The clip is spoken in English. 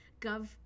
Gov